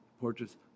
portraits